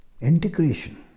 integration